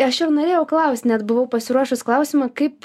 aš ir norėjau klaust net buvau pasiruošus klausimą kaip